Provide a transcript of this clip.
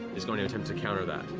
is going to attempt to counter that.